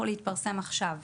בבקשה.